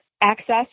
access